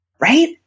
Right